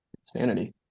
insanity